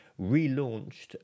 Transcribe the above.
relaunched